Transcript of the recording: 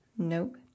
Nope